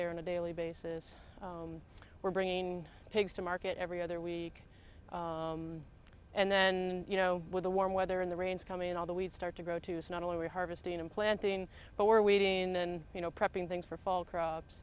care on a daily basis we're bringing pigs to market every other week and then you know with the warm weather and the rains coming and all that we'd start to grow to use not only harvesting and planting but we're waiting in you know prepping things for fall crops